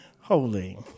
holy